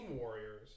Warriors